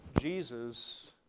Jesus